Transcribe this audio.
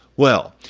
well,